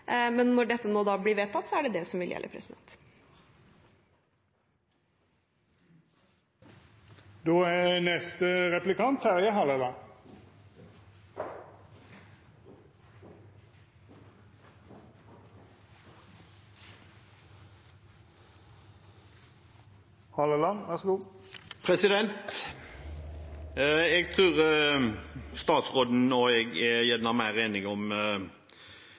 men når dette nå blir vedtatt, er det det som vil gjelde. Jeg tror statsråden og jeg er mer enige i sak enn hva som egentlig framkommer i forslaget til vedtak. Jeg tror vi er